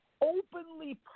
openly